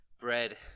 bread